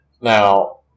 Now